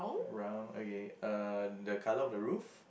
brown okay uh the colour of the roof